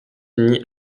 unis